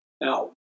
Now